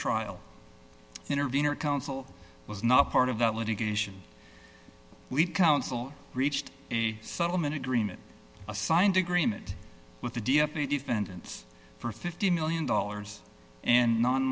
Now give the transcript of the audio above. trial intervener counsel was not part of that litigation we counsel reached a settlement agreement a signed agreement with the defendants for fifty million dollars and non